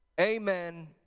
Amen